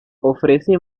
ofrece